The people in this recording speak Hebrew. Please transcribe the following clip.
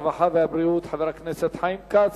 הרווחה והבריאות חבר הכנסת חיים כץ.